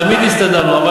תמיד הסתדרנו, יקירי.